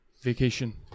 Vacation